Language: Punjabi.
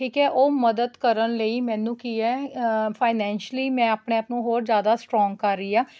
ਠੀਕ ਹੈ ਉਹ ਮਦਦ ਕਰਨ ਲਈ ਮੈਨੂੰ ਕੀ ਹੈ ਫਾਈਨਾਸ਼ੀਅਲੀ ਮੈਂ ਆਪਣੇ ਆਪ ਨੂੰ ਹੋਰ ਜ਼ਿਆਦਾ ਸਟਰੋਂਗ ਕਰ ਰਹੀ ਹਾਂ